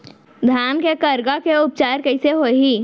धान के करगा के उपचार कइसे होही?